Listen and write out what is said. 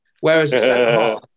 Whereas